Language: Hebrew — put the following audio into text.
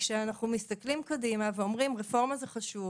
כשאנחנו מסתכלים קדימה ואומרים רפורמה זה חשוב.